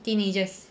teenagers